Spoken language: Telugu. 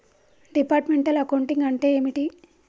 డిపార్ట్మెంటల్ అకౌంటింగ్ అంటే ఏమిటి?